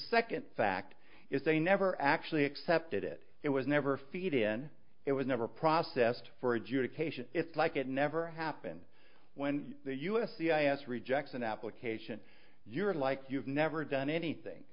second fact is they never actually accepted it it was never feedin it was never processed for adjudication it's like it never happened when the us the i asked rejects an application you are like you have never done anything